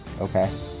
Okay